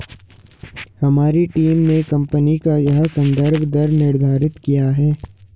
हमारी टीम ने कंपनी का यह संदर्भ दर निर्धारित किया है